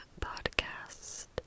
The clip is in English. podcast